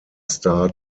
star